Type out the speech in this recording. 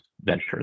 venture